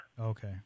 Okay